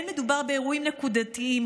לא מדובר באירועים נקודתיים,